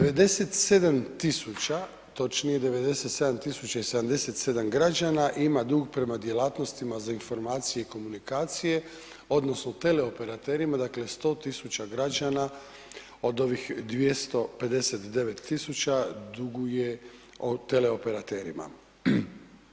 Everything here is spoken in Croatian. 97 tisuća, točnije 97 077 građana ima dug prema djelatnostima za informacije i komunikacije, odnosno teleoperaterima, dakle 100 tisuća građana od ovih 259 tisuća duguje teleoperaterima.